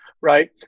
right